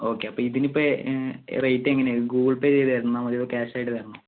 ഒക്കെ അപ്പോൾ ഇതിനിപ്പോൾ റേറ്റ് എങ്ങനെ ആണ് ഗൂഗിൾ പേ ചെയ്ത് തന്നാൽ മതിയോ കാഷ് ആയിട്ട് തരണോ